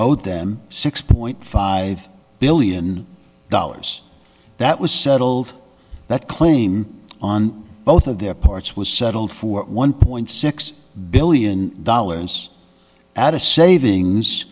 owed them six point five billion dollars that was settled that claim on both of their parts was settled for one point six billion dollars at a savings